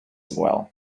well